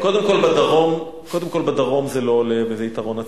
קודם כול, בדרום זה לא עולה, וזה יתרון עצום.